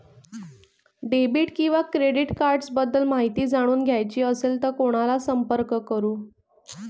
Debit किंवा credit cards बद्दल माहिती जाणून घ्यायची असेल तर कोणाला संपर्क करु?